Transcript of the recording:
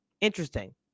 interesting